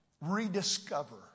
rediscover